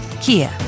Kia